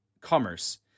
commerce